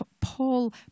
Paul